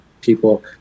people